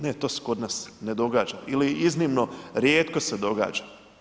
Ne, to se kod nas ne događa ili iznimno rijetko se događa.